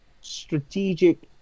strategic